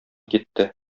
китте